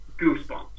goosebumps